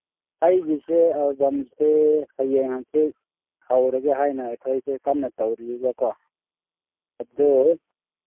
ꯑꯩꯒꯤꯁꯦ ꯑꯦꯜꯕꯝꯁꯦ ꯍꯌꯦꯡ ꯍꯪꯆꯤꯠ ꯍꯧꯔꯒꯦ ꯍꯥꯏꯅ ꯑꯩꯈꯣꯏꯁꯦ ꯀꯟꯅ ꯇꯧꯔꯤꯌꯦꯕꯀꯣ ꯑꯗꯨ